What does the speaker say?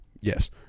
Yes